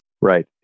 Right